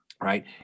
Right